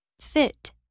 Fit